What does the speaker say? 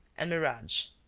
and mirage.